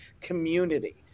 community